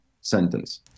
sentence